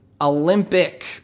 Olympic